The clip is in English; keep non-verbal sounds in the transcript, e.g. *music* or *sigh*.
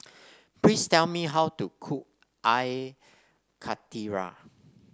*noise* please tell me how to cook I Karthira